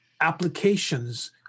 applications